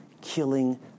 killing